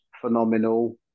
phenomenal